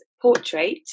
portrait